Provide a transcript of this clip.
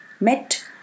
met